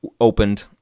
opened